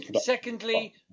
Secondly